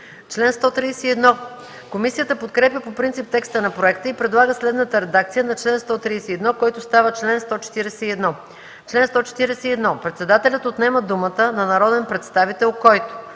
МАНОЛОВА: Комисията подкрепя по принцип текста на проекта и предлага следната редакция на чл. 131, който става чл. 141: „Чл. 141. Председателят отнема думата на народен представител, който: